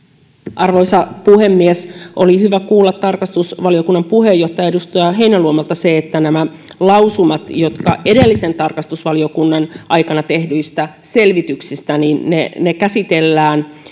arvoisa puhemies oli hyvä kuulla tarkastusvaliokunnan puheenjohtajalta edustaja heinäluomalta se että nämä lausumat edellisen tarkastusvaliokunnan aikana tehdyistä selvityksistä käsitellään